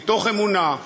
מתוך אמונה,